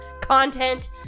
content